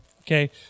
okay